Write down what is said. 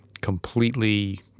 completely